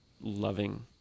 loving